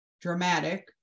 dramatic